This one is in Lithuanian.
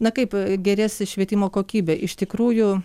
na kaip gerės švietimo kokybė iš tikrųjų